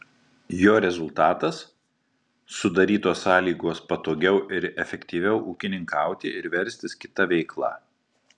jo rezultatas sudarytos sąlygos patogiau ir efektyviau ūkininkauti ir verstis kita veikla